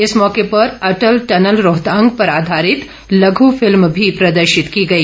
इस मौके पर अटल टनल रोहतांग पर आधारित लघू फिल्म भी प्रदर्शित की गई